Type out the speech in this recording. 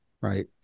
right